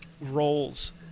roles